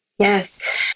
Yes